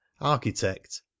architect